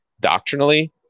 doctrinally